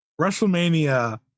wrestlemania